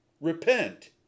Repent